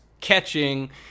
catching